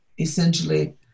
essentially